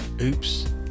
Oops